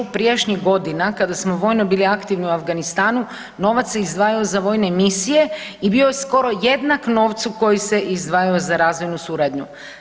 Prijašnjih godina kada smo vojno bili aktivni u Afganistanu novac se izdvajao za vojne misije i bio je skoro jednak novcu koji se izdvajao za razvojnu suradnju.